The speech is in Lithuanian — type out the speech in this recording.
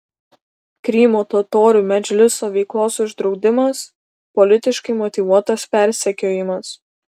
krymo totorių medžliso veiklos uždraudimas politiškai motyvuotas persekiojimas